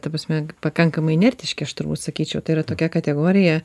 ta prasme pakankamai inertiški aš turbūt sakyčiau tai yra tokia kategorija